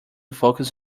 focus